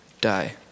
die